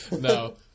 No